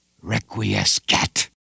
requiescat